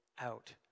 out